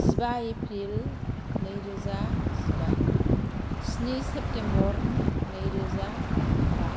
जिबा एप्रिल नैरोजा जिबा स्नि सेप्तेम्बर नैरोजा बा